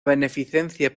beneficencia